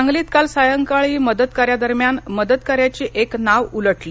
सांगलीत काल सायंकाळी मदत कार्यादरम्यान मदतकार्याची एक नाव उलटली